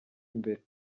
imbere